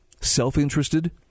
self-interested